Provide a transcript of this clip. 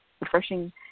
refreshing